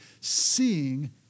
seeing